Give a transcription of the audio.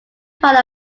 part